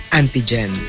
antigen